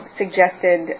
suggested